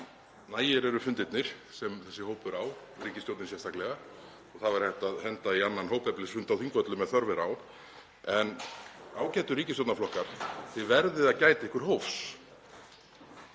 Nægir eru fundirnir sem þessi hópur á, ríkisstjórnin sérstaklega, og það væri hægt að henda í annan hópeflisfund á Þingvöllum ef þörf er á. En ágætu ríkisstjórnarflokkar, þið verðið að gæta einhvers hófs.